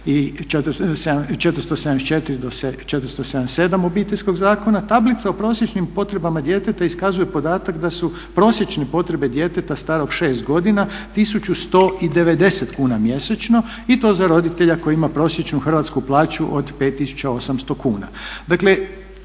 i 474. do 477. Obiteljskog zakona, tablica o prosječnim potrebama djeteta iskazuje podatak da su prosječne potrebe djeteta starog 6 godina 1190 kuna mjesečno i to za roditelja koji ima prosječnu hrvatsku plaću od 5800 kuna.